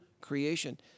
creation